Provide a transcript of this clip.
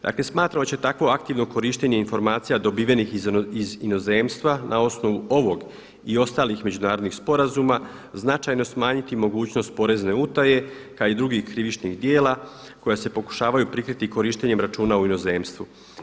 Dakle smatramo da će takvo aktivno korištenje informacija dobivenih iz inozemstva na osnovu ovog i ostalih međunarodnih sporazuma značajno smanjiti mogućnost porezne utaje kao i drugih krivičnih djela koja se pokušavaju prikriti korištenjem računa u inozemstvu.